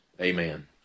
Amen